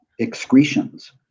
excretions